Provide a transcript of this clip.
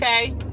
okay